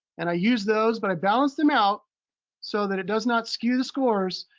and i use those, but i balance them out so that it doesn't not skew the scores.